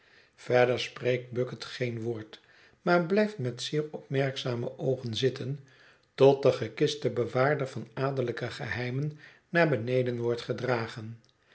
verder spreekt bucket geen woord maar blijft met zeer opmerkzame oogen zitten tot de gekiste bewaarder van adellijke geheimen naar beneden wordt gedragen